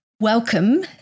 Welcome